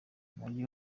umujyi